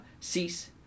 cease